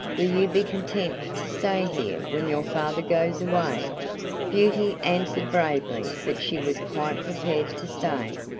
will you be content to stay here when your father goes away? beauty answered bravely that she was quite prepared to stay.